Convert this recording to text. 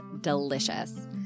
delicious